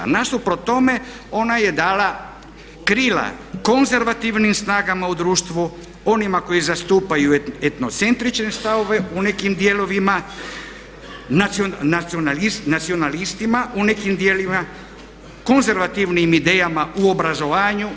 Nasuprot tome ona je dala krila konzervativnim snagama u društvu, onima koji zastupaju etnocentrične stavove u nekim dijelovima, nacionalistima u nekim dijelovima, konzervativnim idejama u obrazovanju.